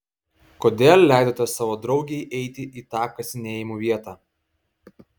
kodėl leidote savo draugei eiti į tą kasinėjimų vietą